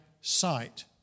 sight